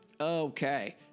Okay